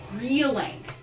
reeling